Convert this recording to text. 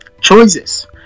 Choices